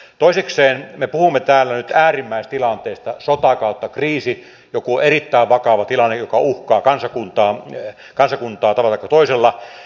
toisekseen me puhumme täällä nyt äärimmäistilanteesta sota tai kriisi joku erittäin vakava tilanne joka uhkaa kansakuntaa tavalla taikka toisella